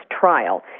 trial